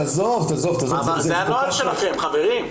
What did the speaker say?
אבל זה הנוהל שלכם, חברים.